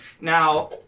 Now